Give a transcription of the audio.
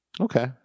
Okay